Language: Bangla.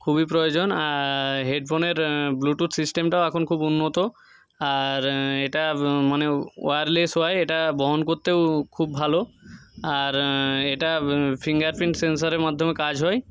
খুবই প্রয়োজন হেডফোনের ব্লুটুথ সিস্টেমটাও এখন খুব উন্নত আর এটা মানে ওয়ারলেস হয় এটা অন করতেও খুব ভালো আর এটা ফিঙ্গারপ্রিন্ট সেন্সারের মাধ্যমেও কাজ হয়